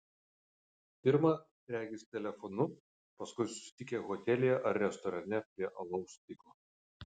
pirma regis telefonu paskui susitikę hotelyje ar restorane prie alaus stiklo